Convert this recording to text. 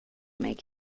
make